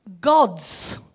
gods